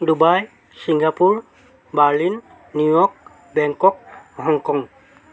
Dubai Singapore Berlin New York Bangkok Hong Kong